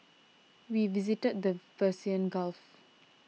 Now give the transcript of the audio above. we visited the Persian Gulf